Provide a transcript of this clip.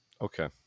Okay